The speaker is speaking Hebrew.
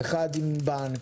אחד עם בנק,